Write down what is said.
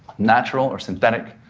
natural or synthetic,